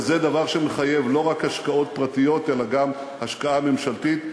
וזה דבר שמחייב לא רק השקעות פרטיות אלא גם השקעה ממשלתית.